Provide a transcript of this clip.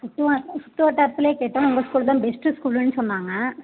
சுற்றுவாட்ல சுற்றுவட்டாரத்துலேயே கேட்டோம் உங்கள் ஸ்கூல் தான் பெஸ்ட்டு ஸ்கூலுன்னு சொன்னாங்க